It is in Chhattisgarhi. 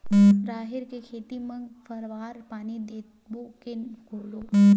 राहेर के खेती म फवारा पानी देबो के घोला?